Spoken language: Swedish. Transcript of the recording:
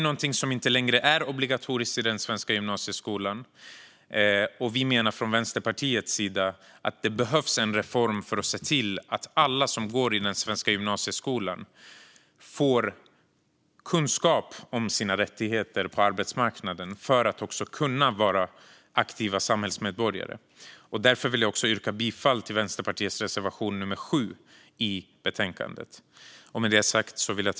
Detta är inte längre obligatoriskt i den svenska gymnasieskolan, men Vänsterpartiet menar att det behövs en reform så att alla som går i den svenska gymnasieskolan får kunskap om sina rättigheter på arbetsmarknaden för att kunna vara aktiva samhällsmedborgare. Jag yrkar därför bifall till Vänsterpartiet reservation, nummer 7.